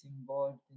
involved